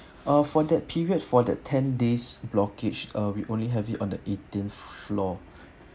ah for that period for the ten days blockage uh we only have it on the eighteenth floor